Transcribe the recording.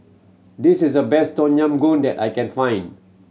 this is a best Tom Yam Goong that I can find